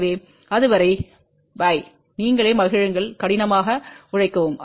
எனவே அதுவரை பை நீங்களே மகிழுங்கள் கடினமாக உழைக்கவும்